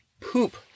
poop